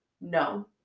no